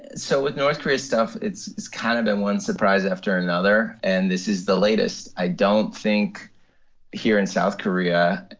so with north korea stuff, it's kind of been one surprise after another. and this is the latest. i don't think here in south korea,